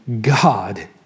God